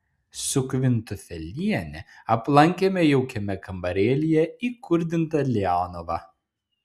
su kvintufeliene aplankėme jaukiame kambarėlyje įkurdintą leonovą